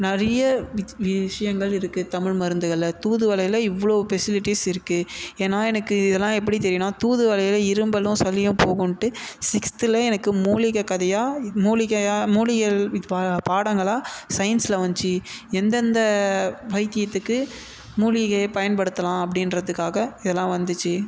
நிறைய வித் விஷயங்கள் இருக்குது தமிழ் மருந்துகளில் தூதுவளையில் இவ்வளோ பெசிலிட்டிஸ் இருக்குது ஏன்னா எனக்கு இதெல்லாம் எப்படி தெரியும்ன்னா தூதுவளையில் இரும்மலும் சளியும் போகும்ன்ட்டு சிக்ஸ்த்தில் எனக்கு மூலிகை கதையாக இ மூலிகையாக மூலிகைள் இது பா பாடங்களாக சயின்ஸில் வந்துச்சி எந்தெந்த வைத்தியத்துக்கு மூலிகையைப் பயன்படுத்தலாம் அப்படின்றதுக்காக இதெல்லாம் வந்துச்சு